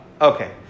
Okay